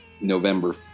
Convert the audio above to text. November